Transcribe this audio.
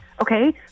Okay